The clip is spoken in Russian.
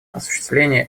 осуществление